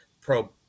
pro-